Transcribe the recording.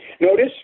Notice